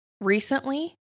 recently